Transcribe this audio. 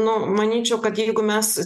nu manyčiau kad jeigu mes